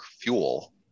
fuel